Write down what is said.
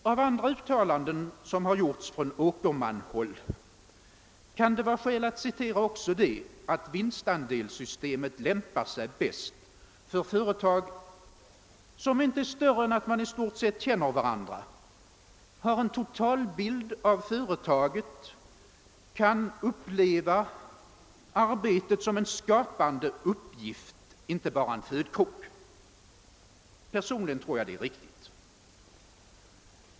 Av andra uttalanden som gjorts från Åkermanhåll kan det vara skäl att citera också det, att vinstandelssystemet lämpar sig bäst för företag som inte är större än att man i stort sett känner varandra, har en totalbild av företaget, kan uppleva arbetet som en skapande uppgift, inte bara en födkrok. Personligen tror jag det är riktigt.